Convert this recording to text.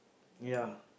ya